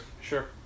Sure